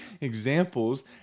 examples